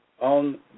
on